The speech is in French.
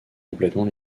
complètement